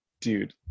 dude